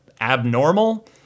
abnormal